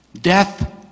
Death